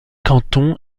canton